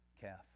calf